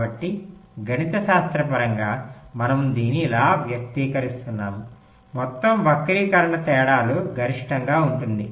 కాబట్టి గణితశాస్త్రపరంగా మనము దీనిని ఇలా వ్యక్తీకరిస్తున్నాము మొత్తం వక్రీకరణ తేడాలు గరిష్టంగా ఉంటుంది